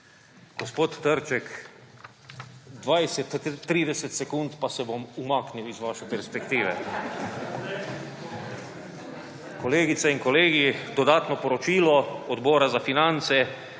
Gospod Trček, 20, 30 sekund pa se bom umaknil z vaše perspektive. / smeh/ Kolegice in kolegi, dodatno poročilo Odbora za finance